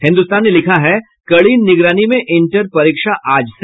हिन्द्रस्तान ने लिखा है कड़ी निगरानी में इंटर परीक्षा आज से